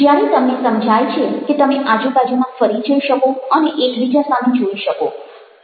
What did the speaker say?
જ્યારે તમને સમજાય છે કે તમે આજુબાજુમાં ફરી જઈ શકો અને એકબીજા સામે જોઈ શકો